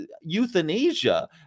euthanasia